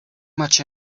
much